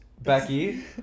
Becky